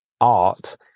art